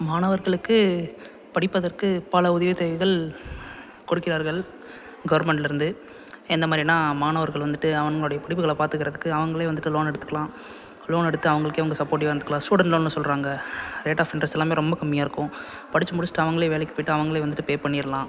மாணவர்களுக்கு படிப்பதற்கு பல உதவி தேவைகள் கொடுக்கிறார்கள் கவர்மெண்ட்லருந்து எந்த மாதிரினா மாணவர்கள் வந்துட்டு அவன்களுடைய படிப்புகள பார்த்துக்கறதுக்கு அவங்களே வந்துட்டு லோன் எடுத்துக்கலாம் லோன் எடுத்து அவங்களுக்கு அவங்க சப்போர்ட்டிவாக இருந்துக்கலாம் ஸ்டூடண்ட் லோன்னு சொல்கிறாங்க ரேட் ஆஃப் இன்ட்ரெஸ்ட் எல்லாமே ரொம்ப கம்மியாக இருக்கும் படித்து முடிச்சிவிட்டு அவங்களே வேலைக்கு போய்ட்டு அவங்களே வந்துட்டு பே பண்ணிடலாம்